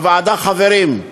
בוועדה חברים,